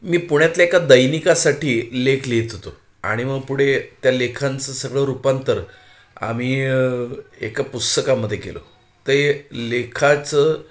मी पुण्यातल्या एका दैनिकासाठी लेख लिहित होतो आणि मग पुढे त्या लेखांचं सगळं रूपांतर आम्ही एका पुस्तकामध्ये केलं ते लेखाचं